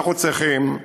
אנחנו צריכים,